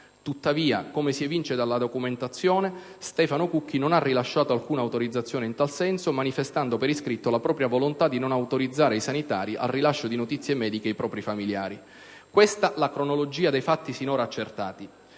Tuttavia, come si evince dalla documentazione, Stefano Cucchi non ha rilasciato alcuna autorizzazione in tal senso, manifestando per iscritto la propria volontà di non autorizzare i sanitari al rilascio di notizie mediche ai propri familiari. Questa la cronologia dei fatti sinora accertati.